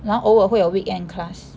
然后偶尔会有 weekend class